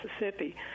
Mississippi